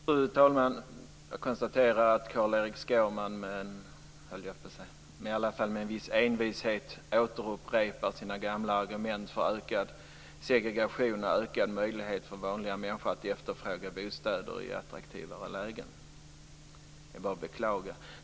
Fru talman! Jag konstaterar att Carl-Erik Skårman med en viss envishet återupprepar sina gamla argument för ökad segregation och minskad möjlighet för vanliga människor att efterfråga bostäder i attraktivare lägen. Det är bara att beklaga.